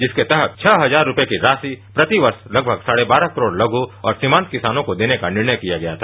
जिसके तहत छह हजार रुपये की राशि प्रति वर्ष लगभग साढ़े बारह करोड़ लघु और सीमान्त किसानों को देने निर्णय किया गया था